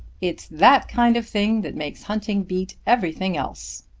it's that kind of thing that makes hunting beat everything else,